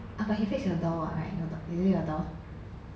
ah but he fix your door [what] is it your door